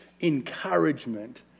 encouragement